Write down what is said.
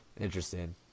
Interesting